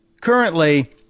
Currently